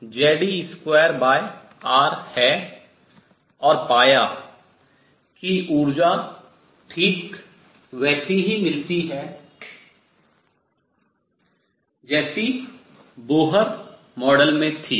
और पाया कि ऊर्जा ठीक वैसी ही मिलती है जैसी बोहर मॉडल में थी